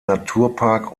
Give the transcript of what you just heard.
naturpark